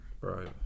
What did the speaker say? Right